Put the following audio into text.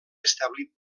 establir